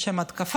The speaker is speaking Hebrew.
יש שם התקפה,